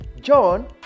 John